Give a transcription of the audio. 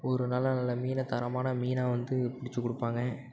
ஒரு நல்ல நல்ல மீனை தரமான மீனை வந்து பிடிச்சு கொடுப்பாங்க